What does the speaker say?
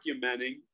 documenting